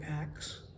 acts